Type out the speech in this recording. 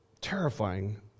terrifying